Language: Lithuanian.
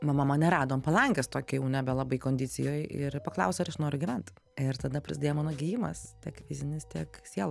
mama mane rado ant palangės tokią jau nebelabai kondicijoj ir paklausė ar aš noriu gyvent ir tada prasdėjo mano gijimas tiek fizinis tiek sielo